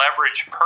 leverage